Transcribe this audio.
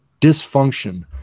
dysfunction